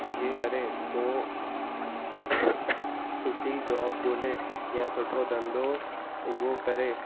CA करे पोइ सुठी जॉब ॻोल्हे या सुठो धंधो उभो करे